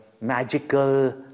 magical